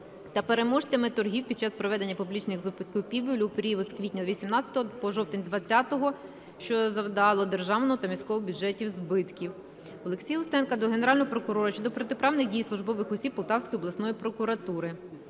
та переможцями торгів під час проведення публічних закупівель у період з квітня 18-го по жовтень 20-го, що завдало державному та міському бюджетам збитків. Олексія Устенка до Генерального прокурора щодо протиправних дій службових осіб Полтавської обласної прокуратури.